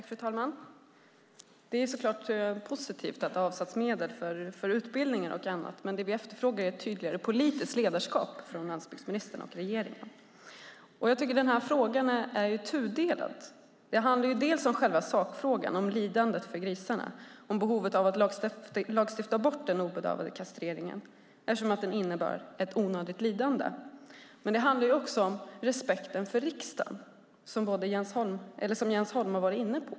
Fru talman! Det är såklart positivt att det har avsatts medel för utbildningar och annat. Men det vi efterfrågar är ett tydligare politiskt ledarskap från landsbygdsministern och regeringen. Jag tycker att frågan är tudelad. Det handlar dels om själva sakfrågan, om lidandet för grisarna och behovet av att lagstifta bort den obedövade kastreringen, eftersom den innebär ett onödigt lidande, dels om respekten för riksdagen, som Jens Holm var inne på.